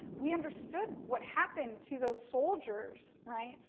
we understood what happened to those soldiers, right,